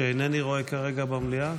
שאינני רואה כרגע במליאה.